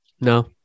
No